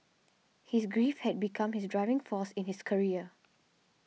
his grief had become his driving force in his career